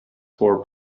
for